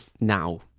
now